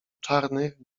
czarnych